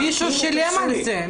מישהו שילם על זה.